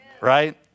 right